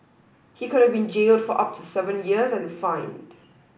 he could have been jailed for up to seven years and fined